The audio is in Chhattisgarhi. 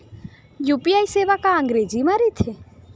यू.पी.आई सेवा का अंग्रेजी मा रहीथे?